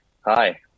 Hi